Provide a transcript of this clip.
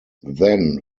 then